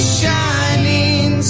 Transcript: shining